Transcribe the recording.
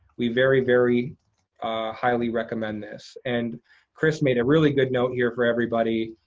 we very, very highly recommend this. and kris made a really good note here for everybody.